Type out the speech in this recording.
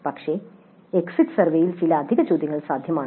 പക്ഷേ എക്സിറ്റ് സർവേയിൽ ചില അധിക ചോദ്യങ്ങൾ സാധ്യമാണ്